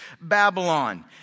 Babylon